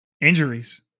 injuries